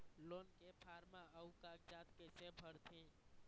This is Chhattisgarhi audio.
लोन के फार्म अऊ कागजात कइसे भरथें?